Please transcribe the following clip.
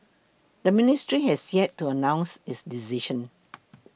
the ministry has yet to announce its decision